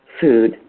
food